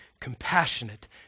compassionate